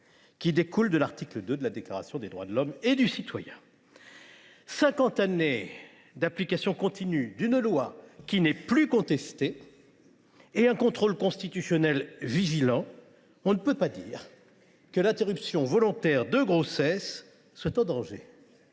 qui découle de l’article 2 de la Déclaration des droits de l’homme et du citoyen ». Après cinquante années d’application continue d’une loi qui n’est plus contestée et d’un contrôle constitutionnel vigilant, on ne peut pas dire que l’interruption volontaire de grossesse soit en danger